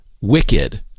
wicked